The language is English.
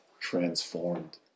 transformed